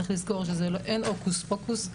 צריך לזכור שאין הוקוס פוקוס,